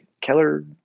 Keller